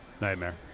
Nightmare